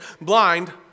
blind